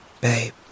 Babe